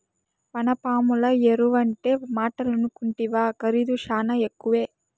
వానపాముల ఎరువంటే మాటలనుకుంటివా ఖరీదు శానా ఎక్కువే